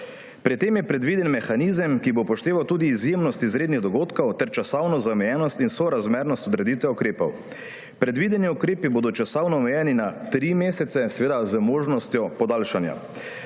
Pri tem je predviden mehanizem, ki bo upošteval tudi izjemnost izrednih dogodkov ter časovno zamejenost in sorazmernost odreditve ukrepov. Predvideni ukrepi bodo časovno omejeni na tri mesece, seveda z možnostjo podaljšanja.